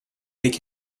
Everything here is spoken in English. make